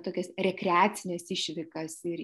tokias rekreacines išvykas ir